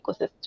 ecosystem